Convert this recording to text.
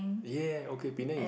ya okay Penang is